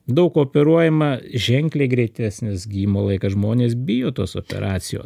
daug operuojama ženkliai greitesnis gijimo laikas žmonės bijo tos operacijos